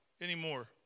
anymore